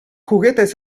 juguetes